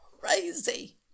crazy